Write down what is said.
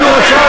אילו רצה,